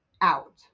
out